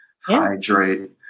hydrate